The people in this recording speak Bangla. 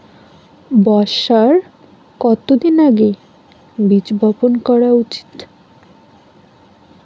বর্ষার কতদিন আগে বীজ বপন করা উচিৎ?